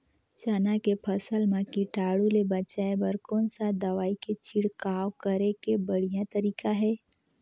चाना के फसल मा कीटाणु ले बचाय बर कोन सा दवाई के छिड़काव करे के बढ़िया तरीका हे?